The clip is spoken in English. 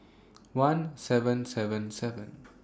one seven seven seven